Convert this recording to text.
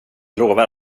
lovar